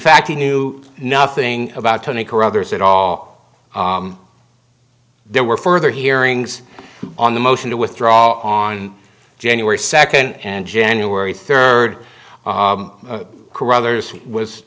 fact he knew nothing about tony carruthers at all there were further hearings on the motion to withdraw on january second and january third caruthers w